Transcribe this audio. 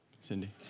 Cindy